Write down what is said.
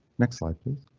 next slide, please.